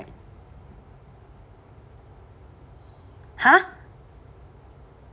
!huh!